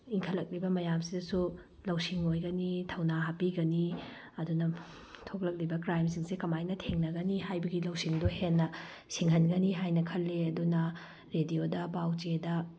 ꯏꯟꯈꯠꯂꯛꯂꯤꯕ ꯃꯌꯥꯝꯁꯤꯗꯁꯨ ꯂꯧꯁꯤꯡ ꯑꯣꯏꯒꯅꯤ ꯊꯧꯅꯥ ꯍꯥꯞꯄꯤꯒꯅꯤ ꯑꯗꯨꯅ ꯊꯣꯛꯂꯛꯂꯤꯕ ꯀ꯭ꯔꯥꯏꯝꯁꯤꯡꯁꯦ ꯀꯃꯥꯏꯅ ꯊꯦꯡꯅꯒꯅꯤ ꯍꯥꯏꯕꯒꯤ ꯂꯧꯁꯤꯡꯗꯣ ꯍꯦꯟꯅ ꯁꯤꯡꯍꯟꯒꯅꯤ ꯍꯥꯏꯅ ꯈꯜꯂꯤ ꯑꯗꯨꯅ ꯔꯦꯗꯤꯑꯣꯗ ꯄꯥꯎ ꯆꯦꯗ